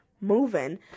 moving